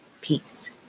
Peace